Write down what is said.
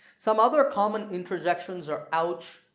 some other common interjections are ouch!